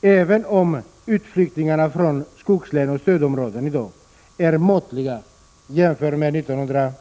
Även om utflyttningarna från skogslän och stödområden i dag är måttliga jämfört med t.ex. utvecklingen under